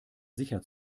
sicher